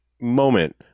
moment